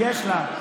יש לה.